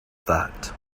that